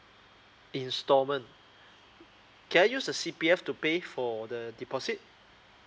instalment can I use the C_P_F to pay for the deposit